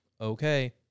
okay